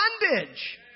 bondage